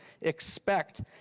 expect